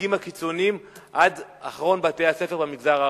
מהמנהיגים הקיצוניים עד אחרון בתי-הספר במגזר הערבי.